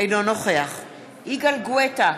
אינו נוכח יגאל גואטה,